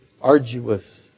arduous